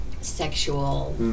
Sexual